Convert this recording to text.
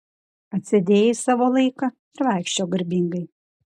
atsėdėjai savo laiką ir vaikščiok garbingai